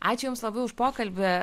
ačiū jums labiau už pokalbį